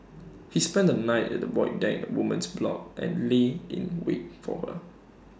he spent the night at the void deck woman's block and lay in wait for her